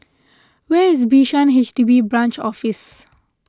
where is Bishan H D B Branch Office